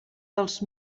dels